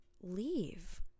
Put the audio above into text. leave